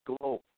globe